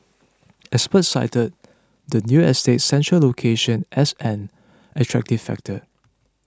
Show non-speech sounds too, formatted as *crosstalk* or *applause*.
*noise* experts cited the new estate's central location as an attractive factor